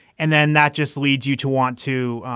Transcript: and then that just leads you to want to